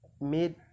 made